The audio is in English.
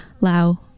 Lao